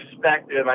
Perspective